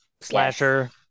Slasher